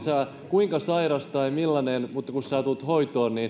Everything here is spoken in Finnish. kuinka sairas tai millainen tahansa niin kun tulet hoitoon